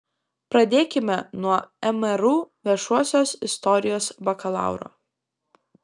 pradėkime nuo mru viešosios istorijos bakalauro